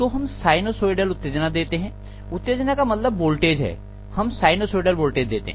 तो हम साइनसोइडल उत्तेजना देते हैं उत्तेजना का मतलब वोल्टेज है हम साइनसोइडल वोल्टेज देते हैं